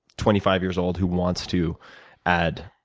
twenty five years old who wants to add